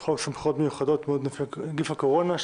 חוק סמכויות מיוחדות להתמודדות עם נגיף הקורונה.